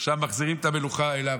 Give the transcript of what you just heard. עכשיו מחזירים את המלוכה אליו.